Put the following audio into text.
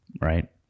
right